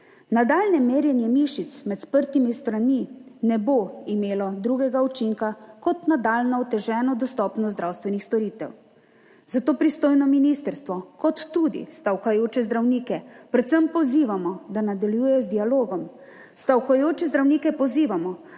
Nadaljnje merjenje mišic med sprtimi stranmi ne bo imelo drugega učinka kot nadaljnjo oteženo dostopnost zdravstvenih storitev. Zato pristojno ministrstvo kot tudi stavkajoče zdravnike, pozivamo, da nadaljujejo z dialogom. Stavkajoče zdravnike pozivamo,